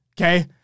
Okay